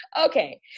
Okay